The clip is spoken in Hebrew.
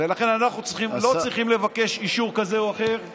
ולכן אנחנו לא צריכים לבקש אישור כזה או אחר מאף אחד.